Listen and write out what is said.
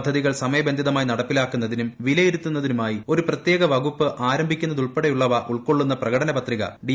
പദ്ധതികൾ സമയബന്ധിതമായി നടപ്പിലാക്കുന്നതിനും വിലയിരുത്തു ന്നതിനുമായി ഒരു പ്രത്യേക വകുപ്പ് ആരംഭിക്കുന്നതുൾപ്പെടെ ഉൾക്കൊള്ളുന്ന പ്രകടന പത്രിക ഡി